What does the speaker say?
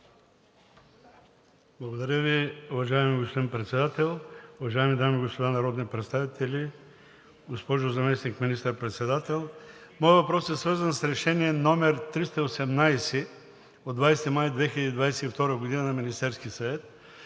Благодаря Ви, уважаеми господин Председател. Уважаеми дами и господа народни представители! Госпожо Заместник министър-председател, моят въпрос е свързан с Решение № 318 от 20 май 2022 г. на Министерския съвет,